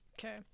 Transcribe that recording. Okay